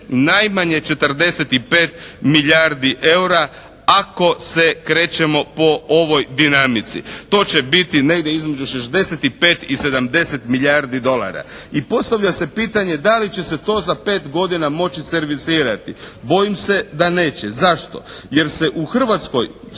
najmanje 45 milijardi EUR-a ako se krećemo po ovoj dinamici. To će biti negdje između 65 i 70 milijardi dolara. I postavlja se pitanje da li će se to za 5 godina moći servisirati? Bojim se da neće. Zašto? Jer se u Hrvatskoj